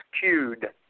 cued